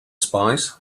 spies